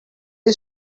you